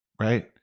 right